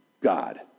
God